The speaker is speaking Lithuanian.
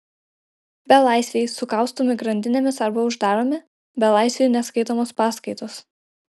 belaisviai sukaustomi grandinėmis arba uždaromi belaisviui neskaitomos paskaitos